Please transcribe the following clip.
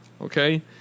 Okay